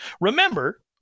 Remember